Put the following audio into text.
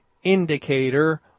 indicator